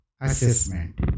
assessment